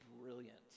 brilliant